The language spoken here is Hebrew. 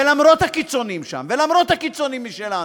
ולמרות הקיצונים שם ולמרות הקיצונים משלנו,